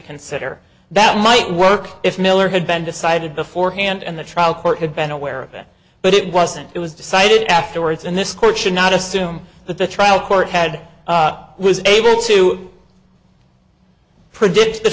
consider that might work if miller had been decided beforehand and the trial court had been aware of it but it wasn't it was decided afterwards and this court should not assume that the trial court had was able to predicts the